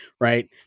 right